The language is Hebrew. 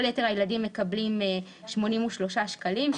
כל יתר הילדים מקבלים 83 שקלים,